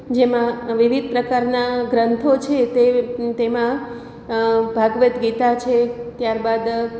જેમાં વિવિધ પ્રકારના ગ્રંથો છે તે તેમાં ભગવદ્ ગીતા છે ત્યારબાદ